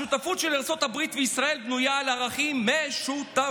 השותפות של ישראל וארצות-הברית וישראל בנויה על ערכים משותפים".